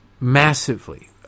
massively